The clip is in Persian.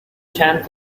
چند